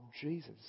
Jesus